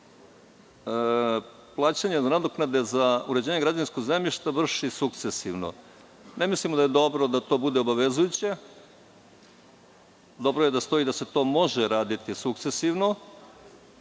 plaćanje nadoknade za uređenje građevinskog zemljišta vrši sukcesivno. Ne mislimo da je dobro da to bude obavezujuće. Dobro je da stoji da se to može raditi sukcesivno.